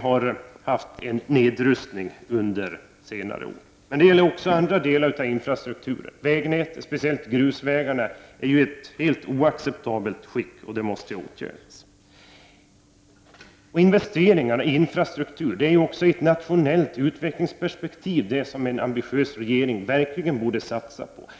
har nedrustats under senare år. Men detsamma gäller också för andra delar av infrastrukturen. Vägnätet, speciellt grusvägarna, är i ett helt oacceptabelt skick och måste åtgärdas. Investeringarna i infrastrukturen är också i ett nationellt utvecklingsperspektiv något som en ambitiös regering borde satsa på.